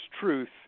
truth